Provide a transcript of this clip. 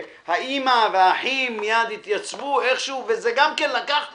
שהאמה והאחים מיד התייצבו וזה גם לקח חודשים.